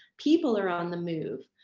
people are on the move,